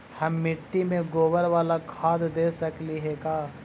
हम मिट्टी में गोबर बाला खाद दे सकली हे का?